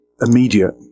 immediate